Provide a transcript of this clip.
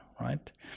Right